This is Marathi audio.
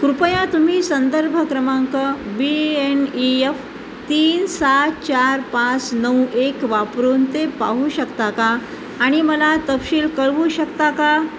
कृपया तुम्ही संदर्भ क्रमांक बी एन ई एफ तीन सात चार पाच नऊ एक वापरून ते पाहू शकता का आणि मला तपशील कळवू शकता का